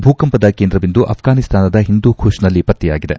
ಭೂಕಂಪದ ಕೇಂದ್ರ ಬಿಂದು ಆಪ್ರಾನಿಸ್ತಾನದ ಹಿಂದೂ ಖುಷ್ನಲ್ಲಿ ಪತ್ತೆಯಾಗಿದೆ